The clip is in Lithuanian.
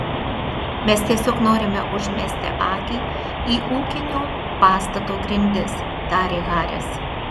mes tiesiog norime užmesti akį į ūkinio pastato grindis tarė haris